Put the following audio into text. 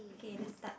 okay let's start